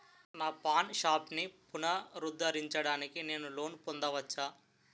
నా పాన్ షాప్ని పునరుద్ధరించడానికి నేను లోన్ పొందవచ్చా?